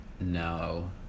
No